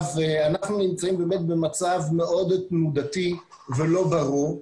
אנחנו נמצאים באמת במצב מאוד תנודתי ולא ברור.